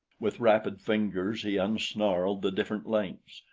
with rapid fingers he unsnarled the different lengths,